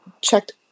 checked